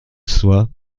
soit